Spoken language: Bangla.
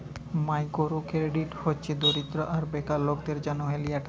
মাইকোরো কেরডিট হছে দরিদ্য আর বেকার লকদের জ্যনহ লিয়া টাকা